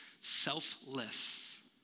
selfless